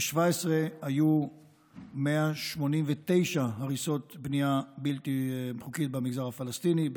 ב-2017 היו 189 הריסות בנייה בלתי חוקית במגזר הפלסטיני,